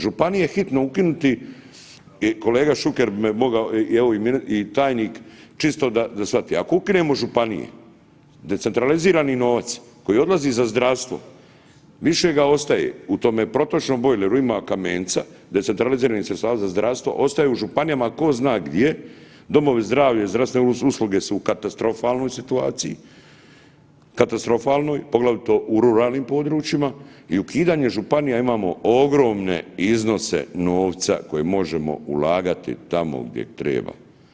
Županije hitno ukinuti i kolega Šuker bi me mogao, evo i tajnik čisto da shvati, ako ukinemo županije, decentralizirani novac koji odlazi za zdravstvo, više ga ostaje u tome protočnom bojleru ima kamenca, decentraliziranih sredstava za zdravstvo ostaje u županija tko zna gdje, domovi zdravlja i zdravstvene usluge su u katastrofalnoj situaciji, katastrofalnoj poglavito u ruralnim područjima i ukidanjem županija imamo ogromne iznose novca koje možemo ulagati tamo gdje treba.